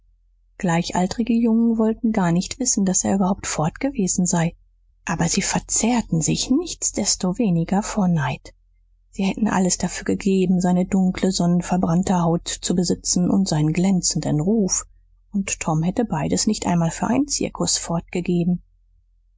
gleichalterige jungen wollten gar nicht wissen daß er überhaupt fortgewesen sei aber sie verzehrten sich nichtsdestoweniger vor neid sie hätten alles dafür gegeben seine dunkle sonnenverbrannte haut zu besitzen und seinen glänzenden ruf und tom hätte beides nicht einmal für einen zirkus fortgegeben